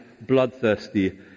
bloodthirsty